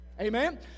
amen